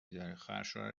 داره، خواهرشوهر